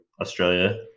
Australia